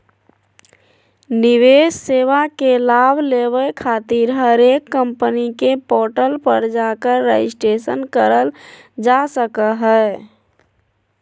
निवेश सेवा के लाभ लेबे खातिर हरेक कम्पनी के पोर्टल पर जाकर रजिस्ट्रेशन करल जा सको हय